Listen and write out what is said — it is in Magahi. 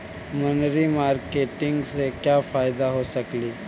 मनरी मारकेटिग से क्या फायदा हो सकेली?